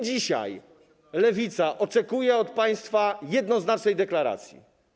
Dzisiaj my, Lewica, oczekujemy od państwa jednoznacznej deklaracji.